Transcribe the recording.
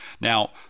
now